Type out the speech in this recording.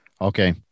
Okay